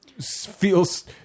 feels